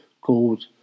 called